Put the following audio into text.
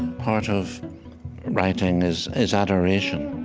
part of writing is is adoration.